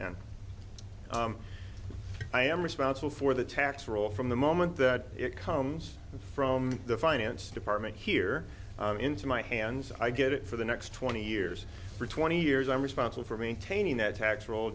them i am responsible for the tax roll from the moment that it comes from the finance department here into my hands i get it for the next twenty years for twenty years i'm responsible for maintaining that tax rol